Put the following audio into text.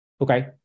Okay